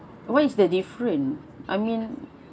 what is the different I mean